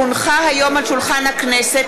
כי הונחה היום על שולחן הכנסת,